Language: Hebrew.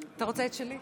כנסת נכבדה,